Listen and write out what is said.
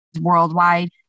worldwide